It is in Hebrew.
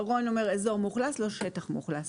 רון אומר אזור מאוכלס ולא שטח מאוכלס.